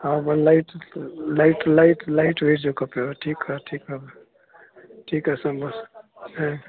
हा ma'am light light light light weight जो खपेव ठीकु आहे ठीकु आहे ठीकु आहे समुझयुसि ऐं